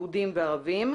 יהודים וערבים.